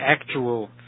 actual